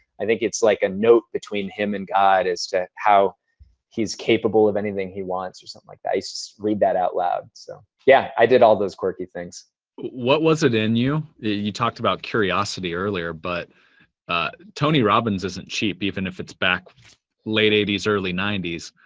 i think it's like a note between him and god as how his capable of anything he wants or something like i just read that out loud. so, yeah, i did all those quirky things. brad what was it in you? you talked about curiosity earlier. but tony robbins isn't cheap even if it's back late eighty s early ninety s.